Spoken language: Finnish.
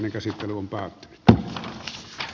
käsittelyn pohjana on paha olla